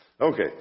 Okay